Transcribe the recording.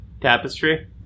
Tapestry